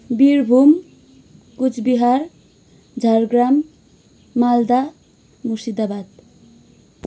Birbhum Coochbehar Jhargram Malda Murshidabad